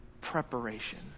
preparation